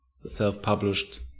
self-published